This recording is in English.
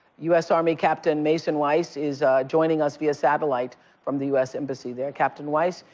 us army captain mason weiss is joining us via satellite from the us embassy there. captain weiss,